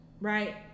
right